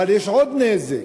אבל יש עוד נזק,